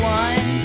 one